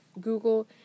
Google